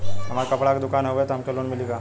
हमार कपड़ा क दुकान हउवे त हमके लोन मिली का?